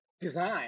design